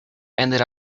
ended